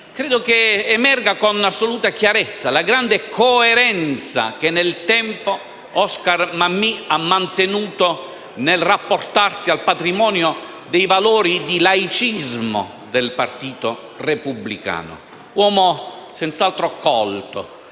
credo che emerga con assoluta chiarezza la grande coerenza che nel tempo Oscar Mammì ha mantenuto nel rapportarsi al patrimonio di valori di laicismo del Partito Repubblicano. Fu un uomo senz'altro colto,